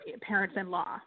parents-in-law